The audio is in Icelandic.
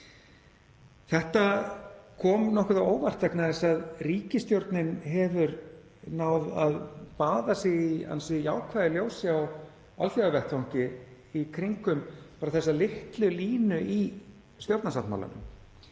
Þetta kom nokkuð á óvart vegna þess að ríkisstjórnin hefur náð að baða sig í ansi jákvæðu ljósi á alþjóðavettvangi í kringum þessa litlu línu í stjórnarsáttmálanum.